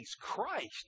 Christ